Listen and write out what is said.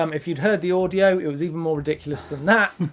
um if you'd heard the audio it was even more ridiculous than that.